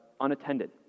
unattended